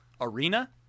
Arena